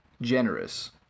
Generous